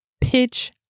pitch